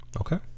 okay